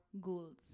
goals